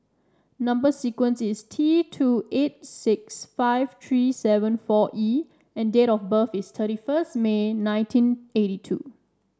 number sequence is T two eight six five three seven four E and date of birth is thirty first May nineteen eighty two